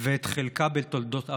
ואת חלקה בתולדות עמנו.